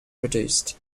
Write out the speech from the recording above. produced